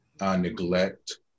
Neglect